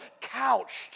Couched